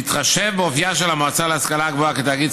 בהתחשב באופייה של המועצה להשכלה גבוהה כתאגיד